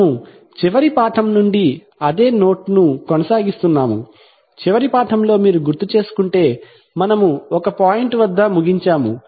మనము చివరి పాఠం నుండి అదే నోట్ ను కొనసాగిస్తున్నాము చివరి పాఠంలో మీరు గుర్తుచేసుకుంటే మనము ఒక పాయింట్ వద్ద ముగించాము